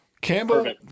Campbell